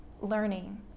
learning